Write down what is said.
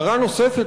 הערה נוספת,